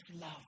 love